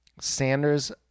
Sanders